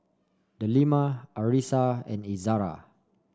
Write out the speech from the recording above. Delima Arissa and Izzara